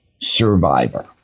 survivor